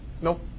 nope